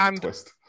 twist